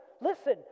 listen